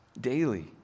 daily